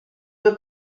due